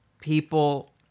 people